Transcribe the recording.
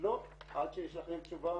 "לא, עד שיש לכם תשובה